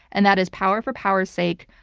and that is power for power's sake,